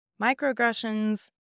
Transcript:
microaggressions